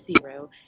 zero